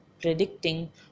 predicting